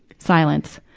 silence.